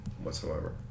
whatsoever